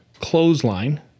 clothesline